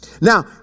Now